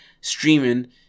streaming